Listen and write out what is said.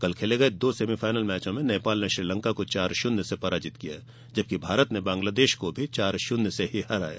कल खेले गए दो सेमीफाइनल मैचों में नेपाल ने श्रीलंका को चार शुन्य से पराजित किया जबकि भारत ने बंगलादेश को चार शुन्य से हराया